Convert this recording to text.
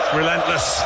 relentless